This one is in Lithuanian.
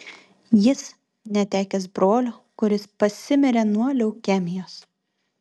jis netekęs brolio kuris pasimirė nuo leukemijos